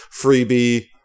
freebie